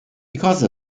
because